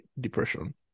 depression